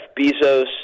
Bezos